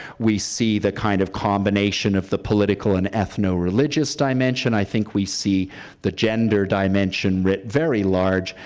we see the kind of combination of the political and ethno-religious dimension. i think we see the gender dimension writ very large.